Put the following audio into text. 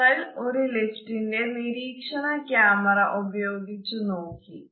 ഞങ്ങൾ ഒരു ലിഫ്റ്റിന്റെ നിരീക്ഷണ കാമറ ഉപയോഗിച്ച് നോക്കി